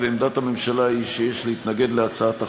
ועמדת הממשלה היא שיש להתנגד להצעת החוק,